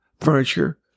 furniture